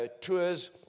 tours